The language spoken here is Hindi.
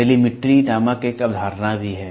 टेलीमेट्री नामक एक अवधारणा भी है